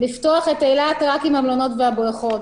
לפתוח את אילת רק עם המלונות והבריכות.